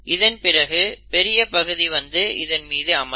இதன் பிறகு பெரிய பகுதி வந்து இதன் மீது அமரும்